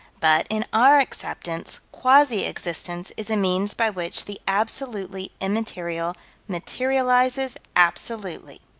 but, in our acceptance, quasi-existence is a means by which the absolutely immaterial materializes absolutely,